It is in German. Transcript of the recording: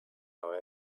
neue